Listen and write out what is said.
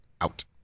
out